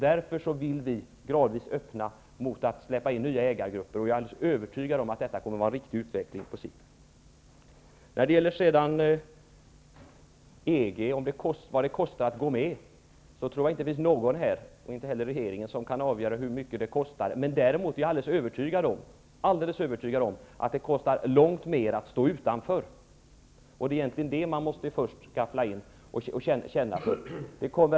Därför vill vi gradvis öppna för att släppa in nya ägargrupper. Jag är alldeles övertygad om att detta kommer att vara en riktig utveckling på sikt. Vad sedan gäller kostnaden för att gå med i EG tror jag inte att det finns någon här, och inte heller regeringen, som kan avgöra det. Däremot är jag alldeles övertygad om att det kostar långt mer att stå utanför. Det är egentligen den frågan som man först måste ta i betraktande.